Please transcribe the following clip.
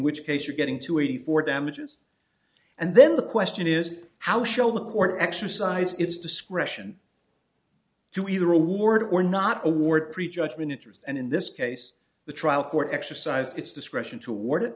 which case you're getting to eighty for damages and then the question is how show the court exercised its discretion to either award or not award pre judgment interest and in this case the trial court exercised its discretion to award it